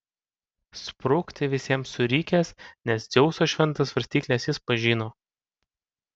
sprukti visiems surikęs nes dzeuso šventas svarstykles jis pažino